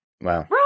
Wow